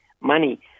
Money